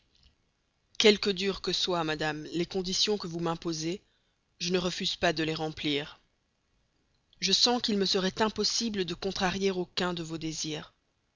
quelque dures que soient madame les conditions que vous m'imposez je ne refuse pas de les remplir je sens qu'il me serait impossible de contrarier aucun de vos désirs